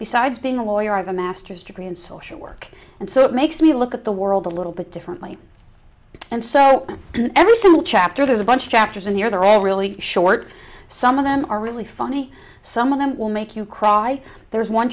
besides being a lawyer i have a master's degree in social work and so it makes me look at the world a little bit differently and so every single chapter there's a bunch of chapters and you're there of really short some of them are really funny some of them will make you cry there is one